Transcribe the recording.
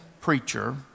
preacher